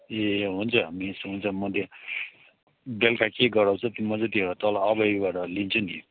ए हुन्छ मिस हुन्छ म त्यो बेलुका के गराउँछ त्यो म चाहिँ त्यो तल अभयकोबाट लिन्छु नि